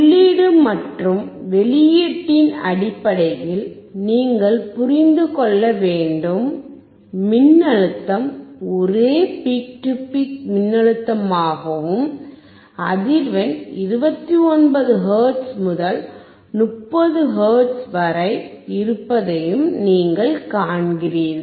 உள்ளீடு மற்றும் வெளியீட்டின் அடிப்படையில் நீங்கள் புரிந்து கொள்ள வேண்டும் மின்னழுத்தம் ஒரே பீக் டு பீக் மின்னழுத்தமாகவும் அதிர்வெண் 29 ஹெர்ட்ஸ் முதல் 30 ஹெர்ட்ஸ் வரை இருப்பதையும் நீங்கள் காண்கிறீர்கள்